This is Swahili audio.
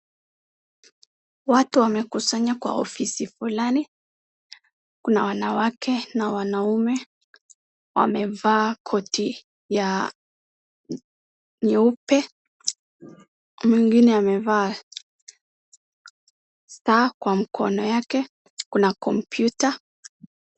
Watu wamekusanya kwa ofisi fulani. Kuna wanawake na wanaume. wamevaa koti ya nyeupe. mwingine amevaa saa kwa mkono yake. kuna computer .